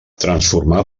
transforma